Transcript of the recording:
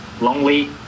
lonely